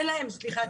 אין להם צ'קים.